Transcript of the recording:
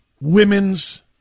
women's